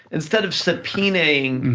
instead of subpoenaing